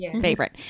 favorite